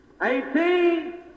18